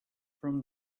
from